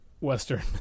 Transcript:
western